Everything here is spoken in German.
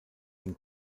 ein